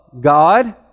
God